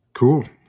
Cool